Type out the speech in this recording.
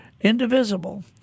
indivisible